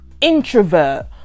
introvert